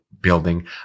building